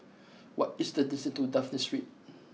what is the distance to Dafne Street